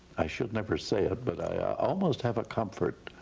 i should never say it, but i almost have a comfort.